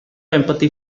empathy